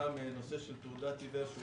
גם הנושא של תעודת עיוור,